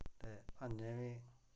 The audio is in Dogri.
ते अजें बी